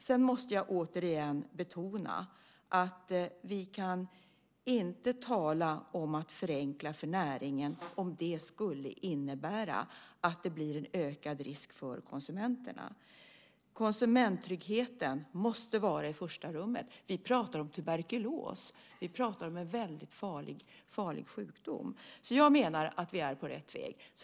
Jag måste återigen betona att vi inte kan tala om att förenkla för näringen om det skulle innebära att det blir en ökad risk för konsumenterna. Konsumenttryggheten måste vara i första rummet. Vi pratar om tuberkulos, en väldigt farlig sjukdom. Jag menar att vi är på rätt väg.